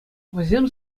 вӗсем